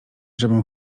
żebym